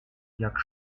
jak